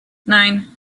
nine